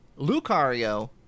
Lucario